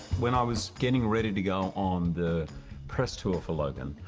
when i was getting ready to go on the press tour for logan,